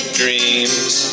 dreams